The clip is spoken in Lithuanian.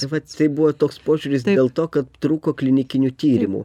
vat tai buvo toks požiūris dėl to kad trūko klinikinių tyrimų